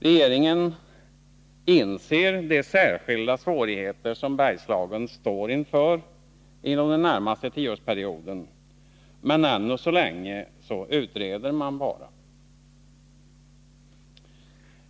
Regeringen inser de särskilda svårigheter som Bergslagen står inför inom den närmaste tioårsperioden, men ännu så länge utreder man bara.